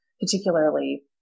particularly